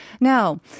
Now